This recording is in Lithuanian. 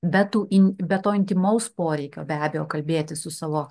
be tų be to intymaus poreikio be abejo kalbėtis su savo